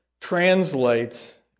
translates